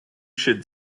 should